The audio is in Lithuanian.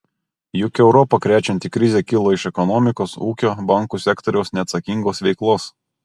juk europą krečianti krizė kilo iš ekonomikos ūkio bankų sektoriaus neatsakingos veiklos